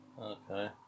Okay